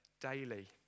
daily